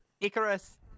Icarus